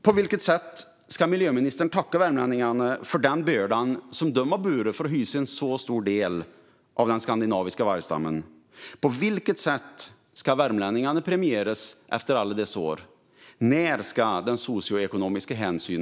På vilket sätt ska miljöministern tacka värmlänningarna för att de burit bördan att hysa en så stor del av den skandinaviska vargstammen? På vilket sätt ska värmlänningarna premieras efter alla dessa år? När kommer man att börja ta denna socioekonomiska hänsyn?